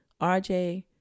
RJ